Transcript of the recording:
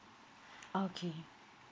okay